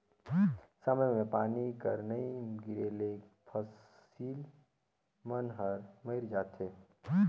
समे मे पानी कर नी गिरे ले फसिल मन हर मइर जाथे